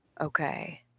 okay